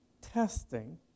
Testing